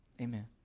Amen